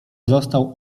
został